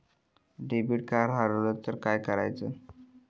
Debit card हरवल तर काय करायच?